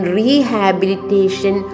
rehabilitation